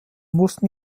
mussten